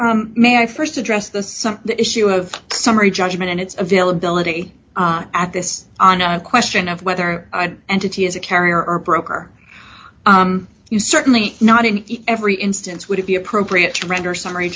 huron may i st address the some issue of summary judgment and its availability at this on a question of whether an entity is a carrier or broker you certainly not in every instance would it be appropriate to render summary